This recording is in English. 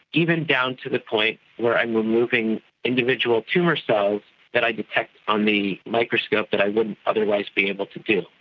even down to the point where i am removing individual tumour cells that i detect on the microscope that i wouldn't otherwise be able to do.